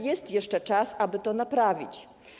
Jest jeszcze czas, aby to naprawić.